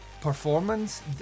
performance